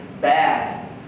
bad